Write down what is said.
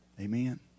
Amen